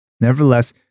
Nevertheless